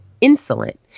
insolent